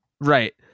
right